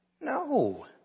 No